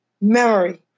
memory